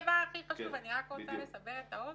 אני רק רוצה לסבר את האוזן: